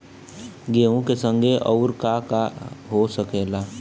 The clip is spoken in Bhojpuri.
गेहूँ के संगे अउर का का हो सकेला?